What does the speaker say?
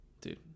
Dude